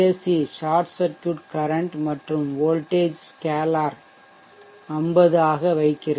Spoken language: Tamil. சி ஷார்ட் சர்க்யூட் கரன்ட் மற்றும் வோல்ட்டேஜ் scalar ஐ 50 ஆக வைக்கிறேன்